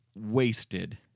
wasted